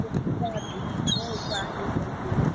स्वाद में कमी है